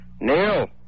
Neil